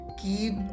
keep